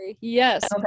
Yes